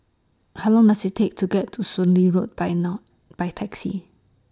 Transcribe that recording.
How Long Does IT Take to get to Soon Lee Road By now By Taxi